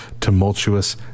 tumultuous